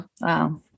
wow